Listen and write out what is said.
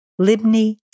Libni